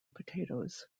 potatoes